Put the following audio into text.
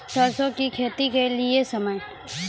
सरसों की खेती के लिए समय?